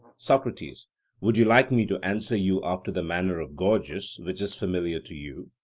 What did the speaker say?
socrates would you like me to answer you after the manner of gorgias, which is familiar to you?